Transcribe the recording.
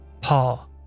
Paul